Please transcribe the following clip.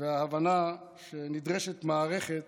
וההבנה שנדרשת מערכת